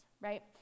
right